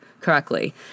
correctly